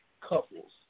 couples